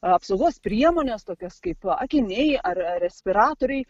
apsaugos priemones tokias kaip akiniai ar respiratoriai